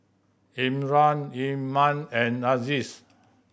Imran Iman and Aziz